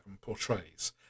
portrays